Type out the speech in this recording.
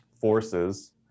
forces